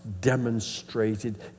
demonstrated